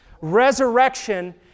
resurrection